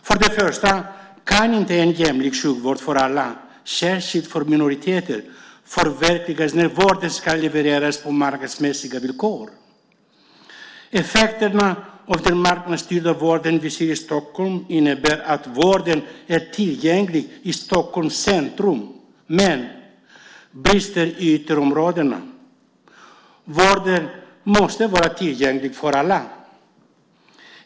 Först och främst kan inte en jämlik sjukvård för alla, särskilt för minoriteter, förverkligas när vården ska levereras på marknadsmässiga villkor. Effekterna av den marknadsstyrda vården i Stockholm innebär att vården är tillgänglig i Stockholms centrum men brister i ytterområdena. Vården måste vara tillgänglig för alla.